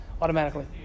automatically